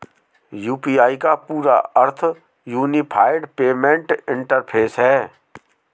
UPI का पूरा अर्थ यूनिफाइड पेमेंट इंटरफ़ेस है